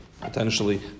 Potentially